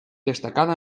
destacada